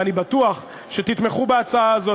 ואני בטוח שתתמכו בהצעה הזאת,